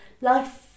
life